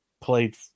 played